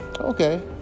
Okay